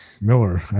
Miller